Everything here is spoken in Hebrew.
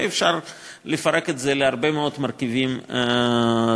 ואפשר לפרק את זה להרבה מאוד מרכיבים תקציביים.